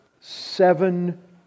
seven